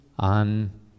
On